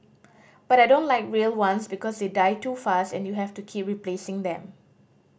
but I don't like real ones because they die too fast and you have to keep replacing them